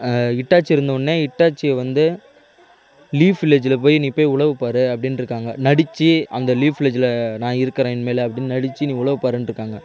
Hitachi இருந்தவொன்னையே ஹிட்டாச்சியை வந்து லீஃப் வில்லேஜில் போய் நீ போய் உளவு பாரு அப்படின்ருக்காங்க நடித்து அந்த லீஃப் வில்லேஜில் நான் இருக்கிறேன் இனிமேலு அப்படின்னு நடிசத்து நீ உளவு பாருன்னு இருக்காங்க